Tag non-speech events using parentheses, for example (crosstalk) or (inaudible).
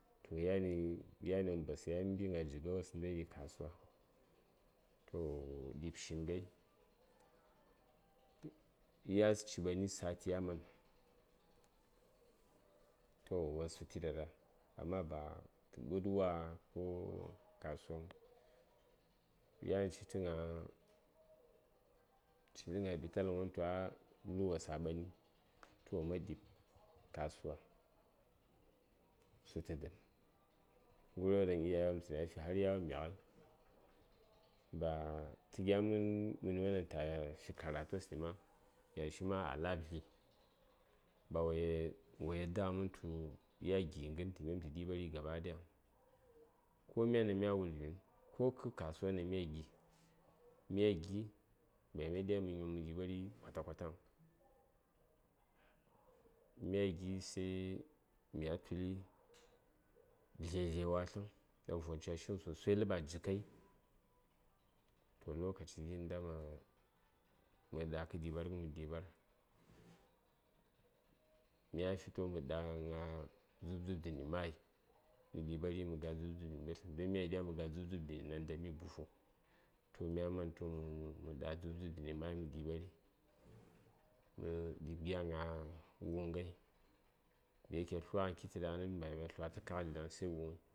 toh yani yan basayi ya mbi gna jiga wos ndai ɗi kasuwa (noise) toh wo ɗi:b shin ghai ya sən ci ɓani sati ya man toh wo man sutu ɗa ɗa ɗa amma ba tə ɓə:d wa ko kasuwaŋ yan citə gna citə gna ɓitalghən won tu ah ah luwos a ɓani toh wo ɗi:b kasuwa sutu dən ghəryo daŋ iyaye wopm tətaya fi har yawon ma mighai ba tə gya mən məni won ɗan ta fi karatos ɗi ma yaŋshi ma a la:b dli ba wo yadda ghə mən tu ya gi ghən tə nyom tə ɗiɓari gaɓa ɗayaŋ ko myani ɗan mya wulvin ko kə kasuwan ɗan mya gi mya gi ba mya diya mə nyom mə ɗiɓari kwatakwataŋ mya gi sai mya tuli dlye dlye watləŋ ɗan von ca shighən sosai ləb a jikai toh lokaci gi nda ma ma nga kə ɗiɓarghən mə ɗiɓar mya fi toh mə ɗa gna dzub dzub dəni mayi mə ɗiɓari mə ga dzub dzub dəni mbətləm don mya diya mə ga dzub dzub dəni nandami buhu toh mya mani toh mə ɗa dzub dzub dəni mayi mə ɗiɓari mə ɗib gya gna wuŋ ghai dayike kites ɗaŋni mya man tlwa tə kakɗi ɗaŋ sai wuŋ